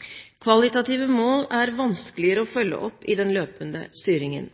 den løpende styringen.